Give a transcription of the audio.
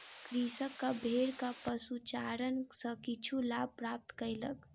कृषक भेड़क पशुचारण सॅ किछु लाभ प्राप्त कयलक